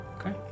Okay